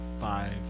five